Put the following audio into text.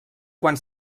quan